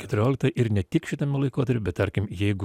keturiolikta ir ne tik šitame laikotarpy bet tarkim jeigu